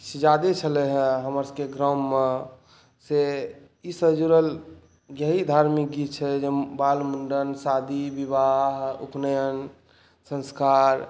किछु जादे छलै हेँ हमरा सबके ग्राममे सॅं ई सऽ जुड़ल अछि धार्मिक गीत छै जे बाल मुण्डन शादी विवाह उपनायन संस्कार